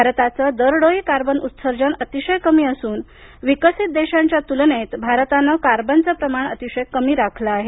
भारताचं दरडोई कार्बन उत्सर्जन अतिशय कमी असून विकसित देशांच्या तुलनेत भारतानं कार्बनचं प्रमाण अतिशय कमी राखलं आहे